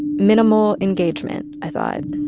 minimal engagement, i thought,